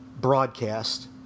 broadcast